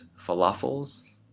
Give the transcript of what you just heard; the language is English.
falafels